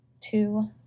two